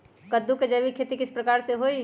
कददु के जैविक खेती किस प्रकार से होई?